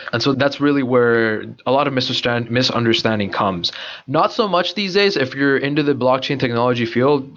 and so that's really where a lot of misunderstanding misunderstanding comes not so much these days if you're into the blockchain technology field,